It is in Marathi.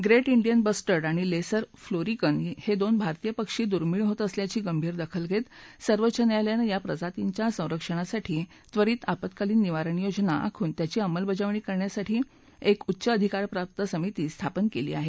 ग्रेट इंडियन बस्टर्ड आणि लेसर फ्लोरिकन हे दोन भारतीय पक्षी दुर्मिळ होत असल्याची गंभीर दखल घेत सर्वोच्च न्यायालयानं या प्रजातींच्या संरक्षणासाठी त्वरित आपत्कालीन निवारण योजना आखून त्याची अंमलबजावणी करण्यासाठी एक उच्च अधिकारप्राप्त समिती स्थापन केली आहे